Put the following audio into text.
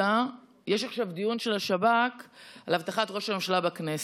יש עכשיו דיון של השב"כ על אבטחת ראש הממשלה בכנסת.